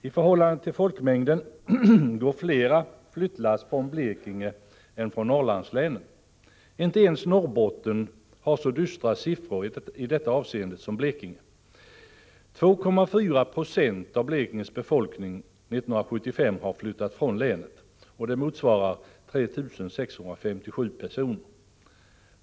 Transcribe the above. I förhållande till folkmängden går fler flyttlass från Blekinge än från Norrlandslänen. Inte ens Norrbotten har så dystra siffror i detta avseende som Blekinge. 2,4 90 av Blekinges befolkning 1975 har flyttat från länet, det motsvarar 3 657 personer.